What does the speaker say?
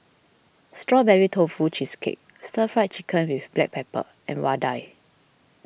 Strawberry Tofu Cheesecake Stir Fry Chicken with Black Pepper and Vadai